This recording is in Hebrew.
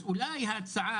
אז אולי ההצעה,